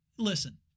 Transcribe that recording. listen